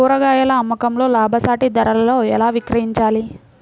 కూరగాయాల అమ్మకంలో లాభసాటి ధరలలో ఎలా విక్రయించాలి?